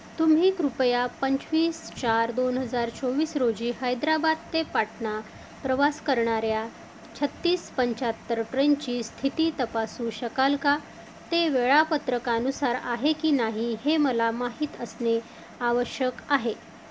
तुम्ही कृपया पंचवीस चार दोन हजार चोवीस रोजी हैद्राबाद ते पाटणा प्रवास करणाऱ्या छत्तीस पंच्याहत्तर ट्रेनची स्थिती तपासू शकाल का ते वेळापत्रकानुसार आहे की नाही हे मला माहीत असणे आवश्यक आहे